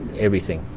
everything.